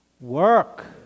work